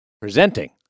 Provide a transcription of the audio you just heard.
presenting